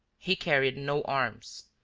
he carried no arms,